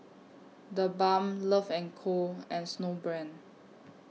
The Balm Love and Co and Snowbrand